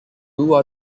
two